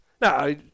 Now